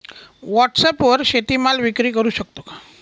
व्हॉटसॲपवर शेती माल विक्री करु शकतो का?